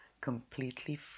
completely